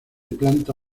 planta